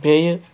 بیٚیہِ